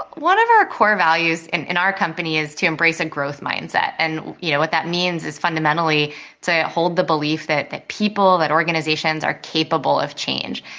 one of our core values in our company is to embrace a growth mindset, and you know what that means is fundamentally to hold the belief that that people, that organizations are capable of change.